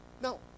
Now